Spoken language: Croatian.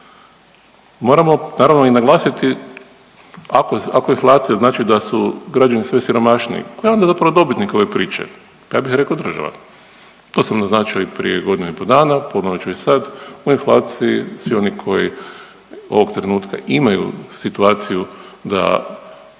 Moramo naravno i naglasiti ako je inflacija znači da su građani sve siromašniji. Tko je onda zapravo dobitnik ove priče? Pa ja bih rekao država. To sam naznačio i prije godinu i pol dana, ponovit ću i sad o inflaciji svi oni koji ovog trenutka imaju situaciju da